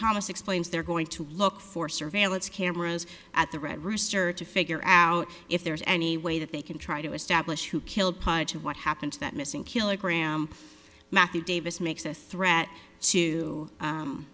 thomas explains they're going to look for surveillance cameras at the red rooster to figure out if there's any way that they can try to establish who killed to what happened to that missing kilogram matthew davis makes a threat to